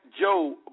Joe